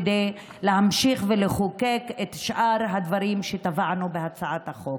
כדי להמשיך ולחוקק את שאר הדברים שתבענו בהצעת החוק.